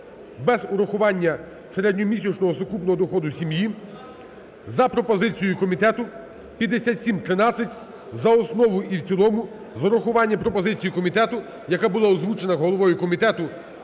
без урахування середньомісячного сукупного доходу сім'ї за пропозицією комітету (5713) за основу і в цілому з врахуванням пропозиції комітету, яка була озвучена головою комітету